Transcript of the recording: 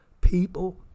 people